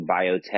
biotech